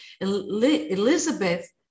Elizabeth